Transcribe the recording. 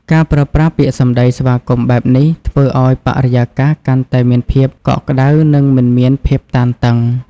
ការប្រើប្រាស់ពាក្យសម្ដីស្វាគមន៍បែបនេះធ្វើឱ្យបរិយាកាសកាន់តែមានភាពកក់ក្តៅនិងមិនមានភាពតានតឹង។